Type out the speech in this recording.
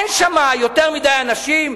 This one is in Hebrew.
אין שם יותר מדי אנשים,